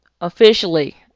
officially